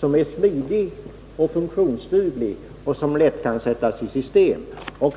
som är smidig och funktionsduglig och som lätt kan sättas i system.